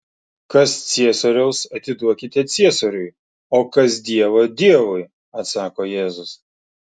kas ciesoriaus atiduokite ciesoriui o kas dievo dievui atsako jėzus